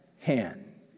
hand